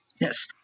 Yes